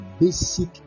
basic